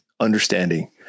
understanding